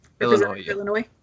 Illinois